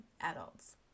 adults